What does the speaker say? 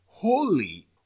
Holy